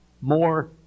more